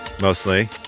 mostly